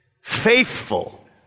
faithful